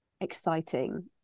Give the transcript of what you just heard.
exciting